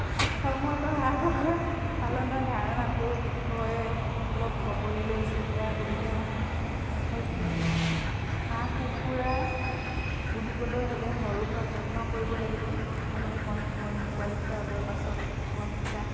সংহত হাঁহ কুকুৰা পালনৰ ধাৰণাটোৰ বিষয় অলপ ক'বলৈ লৈছোঁ ইয়াৰ সুবিধাসমূহ হৈছে হাঁহ কুকুৰা পুহিবলৈ হ'লে সৰুৰপৰা যত্ন কৰিব লাগিব প্ৰথমতে কণী উমনি দি পোৱালিকেইটা ওলোৱাৰ পাছত পোৱালিকেইটা